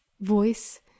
voice